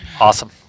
Awesome